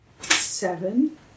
Seven